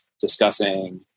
discussing